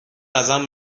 ازم